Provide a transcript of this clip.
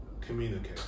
communicate